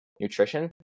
nutrition